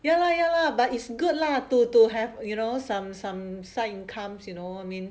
ya lah ya lah but it's good lah to to have you know some some say incomes you know what I mean